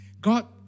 God